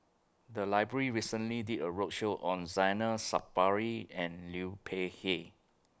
The Library recently did A roadshow on Zainal Sapari and Liu Peihe